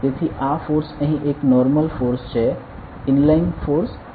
તેથી આ ફોર્સ અહીં એક નોર્મલ ફોર્સ છે ઇનલાઇન ફોર્સ નથી